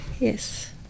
Yes